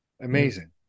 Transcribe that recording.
amazing